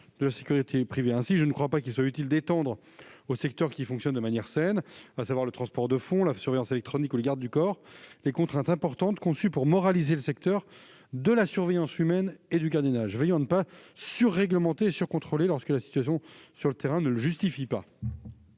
de la sécurité privée. Ainsi, je ne crois pas qu'il soit utile d'étendre aux secteurs qui fonctionnent de manière saine, à savoir le transport de fonds, la surveillance électronique ou les gardes du corps, les contraintes importantes conçues pour moraliser le secteur de la surveillance humaine et du gardiennage. Veillons à ne pas surréglementer et surcontrôler lorsque la situation sur le terrain ne le justifie pas.